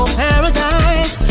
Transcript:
paradise